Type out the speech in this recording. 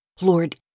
Lord